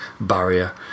barrier